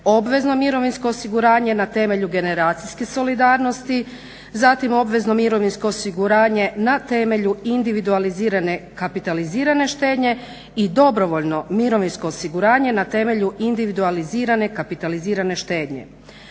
obvezno mirovinsko osiguranje na temelju generacijske solidarnosti, zatim obvezno mirovinsko osiguranje na temelju individualizirane kapitalizirane štednje i dobrovoljno mirovinsko osiguranje na temelju individualizirane kapitalizirane štednje.